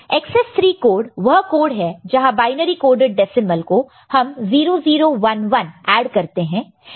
excess 3 code वह code है जहां बाइनरी कोडेड डेसिमल को हम 0011 ऐड करते हैं